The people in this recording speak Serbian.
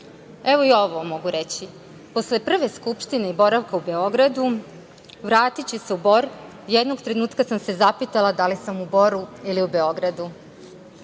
ovo mogu reći. Posle prve Skupštine i boravka u Beogradu, vraćajući se u Bor, jednog trenutka sam se zapitala da li sam u Boru ili u Beogradu. Na